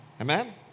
Amen